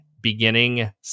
beginning